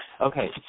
Okay